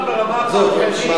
אבל לא מדובר ברמה הפרטנית.